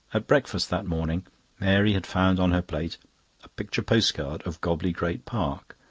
at breakfast that morning mary had found on her plate a picture postcard of gobley great park.